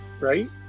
right